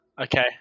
Okay